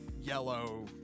yellow